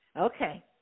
Okay